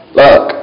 look